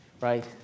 right